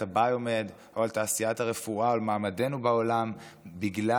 הביו-מד או על תעשיית הרפואה או על מעמדנו בעולם בגלל